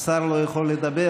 השר לא יכול לדבר.